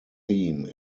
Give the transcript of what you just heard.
theme